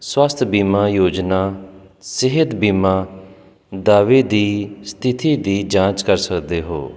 ਸਵੱਸਥ ਬੀਮਾ ਯੋਜਨਾ ਸਿਹਤ ਬੀਮਾ ਦਾਅਵੇ ਦੀ ਸਥਿਤੀ ਦੀ ਜਾਂਚ ਕਰ ਸਕਦੇ ਹੋ